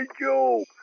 Joe